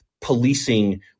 policing